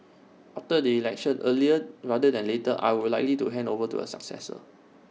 after the election earlier rather than later I would likely to hand over to A successor